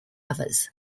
others